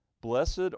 Blessed